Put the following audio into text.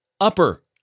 upper